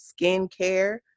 skincare